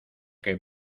que